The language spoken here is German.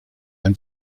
ein